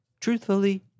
truthfully